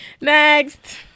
Next